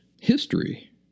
history